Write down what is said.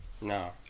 No